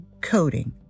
coding